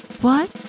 What